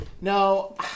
No